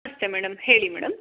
ನಮಸ್ತೆ ಮೇಡಂ ಹೇಳಿ ಮೇಡಂ